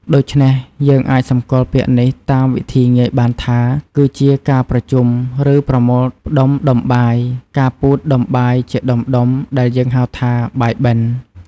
ដូចេ្នះយើងអាចសម្គាល់ពាក្យនេះ តាមវិធីងាយបានថា គឺជា “ការប្រជុំ ឬប្រមូលផ្តុំដុំបាយ” ការពូតដុំ បាយជាដុំៗដែលយើងហៅថា “បាយបិណ្ឌ” ។